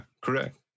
correct